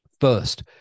First